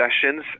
sessions